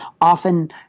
often